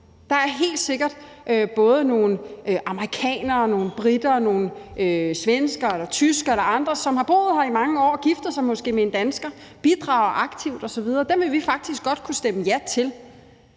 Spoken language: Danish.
Der er helt sikkert både nogle amerikanere, nogle briter og nogle svenskere eller tyskere eller andre, som har boet her mange år og måske giftet sig med en dansker og bidrager aktivt osv. Dem vil vi faktisk godt kunne stemme ja til.